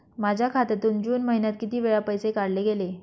माझ्या खात्यातून जून महिन्यात किती वेळा पैसे काढले गेले?